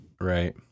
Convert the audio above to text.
Right